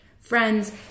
Friends